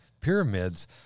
pyramids